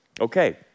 Okay